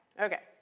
ok,